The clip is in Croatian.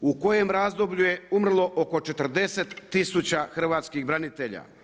u kojem razdoblju je umrlo oko 40000 hrvatskih branitelja.